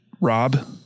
Rob